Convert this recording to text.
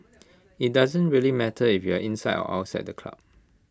IT doesn't really matter if you are inside or outside the club